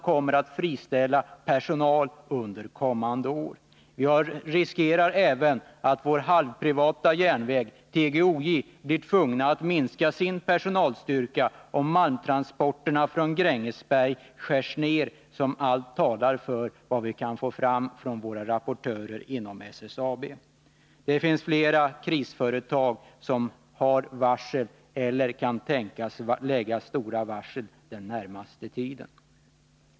Vi riskerar även att vår halvprivata järnväg TGOJ blir tvungen att minska sin personalstyrka, om malmtransporterna för Grängesberg skärs ned, som allt talar för. Det finns alltså flera krisföretag som har varsel eller kan tänkas lägga stora varsel den närmaste tiden.